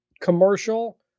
commercial